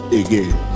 again